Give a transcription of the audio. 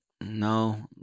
no